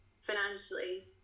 financially